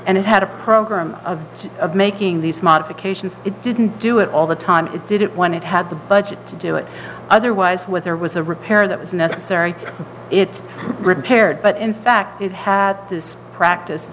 and it had a program of making these modifications it didn't do it all the time it did it when it had the budget to do it otherwise was there was a repair that was necessary it's repaired but in fact it had this practice